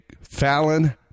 Fallon